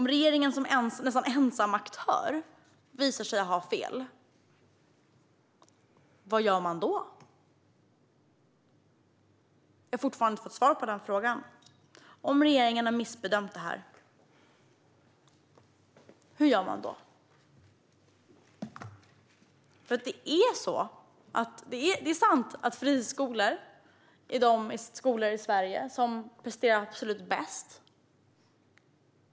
Om regeringen som nästan ensam aktör visar sig ha fel, vad gör man då? Jag har fortfarande inte fått svar på den frågan. Hur gör man om regeringen har missbedömt detta? Det är sant att friskolor är de skolor i Sverige som presterar absolut bäst.